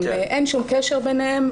אין שום קשר ביניהם.